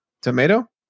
Tomato